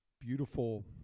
beautiful